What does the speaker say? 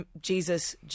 Jesus